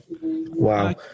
Wow